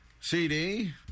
CD